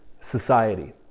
society